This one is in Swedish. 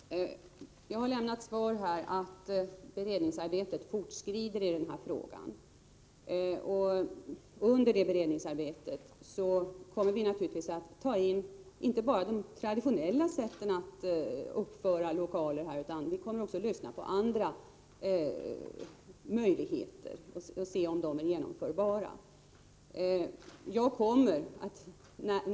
Herr talman! Jag har lämnat svaret att beredningsarbetet fortskrider. I det arbetet kommer vi naturligtvis att ta in inte bara de traditionella sätten att uppföra lokaler utan också se om andra möjligheter är genomförbara.